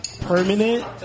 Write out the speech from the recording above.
permanent